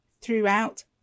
throughout